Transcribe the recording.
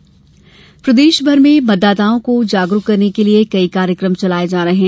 SVEEP कार्यकम प्रदेशभर में मतदाताओं को जागरूक करने के लिये कई कार्यक्रम चलाये जा रहे हैं